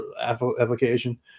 application